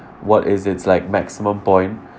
what is it's like maximum point